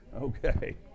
okay